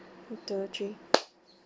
one two three